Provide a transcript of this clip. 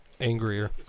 Angrier